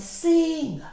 sing